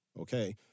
okay